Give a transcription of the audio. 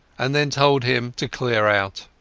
and then told him to clear out.